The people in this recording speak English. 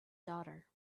daughter